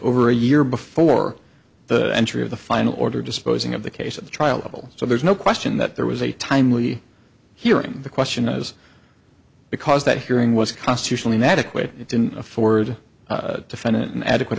over a year before the entry of the final order disposing of the case at the trial so there's no question that there was a timely hearing the question as because that hearing was constitutionally an adequate it didn't afford defendant an adequate